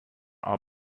are